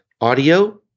audio